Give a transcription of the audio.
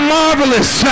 marvelous